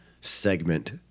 segment